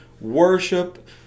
worship